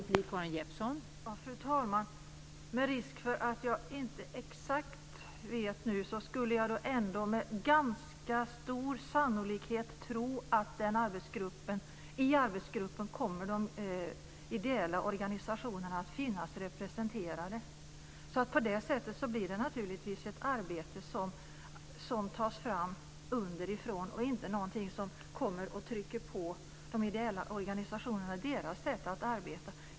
Fru talman! Jag vet inte exakt, men jag tror att de ideella organisationerna med ganska stor sannolikhet kommer att finnas representerade i arbetsgruppen. På det sättet blir det naturligtvis ett arbete som tas fram underifrån och inte någonting som kommer att tryckas på de ideella organisationerna och deras sätt att arbeta.